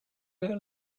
their